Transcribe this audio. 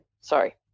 sorry